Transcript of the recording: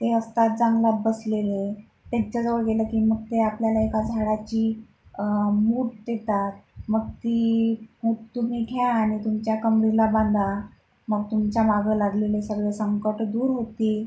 ते असतात जांगलात बसलेले त्यांच्याजवळ गेलं की मग ते आपल्याला एका झाडाची मूठ देतात मग ती मूठ तुम्ही घ्या आनि तुमच्या कमरेला बांधा मग तुमच्या मागं लागलेले सगळे संकटं दूर होतील